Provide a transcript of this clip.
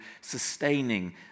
sustaining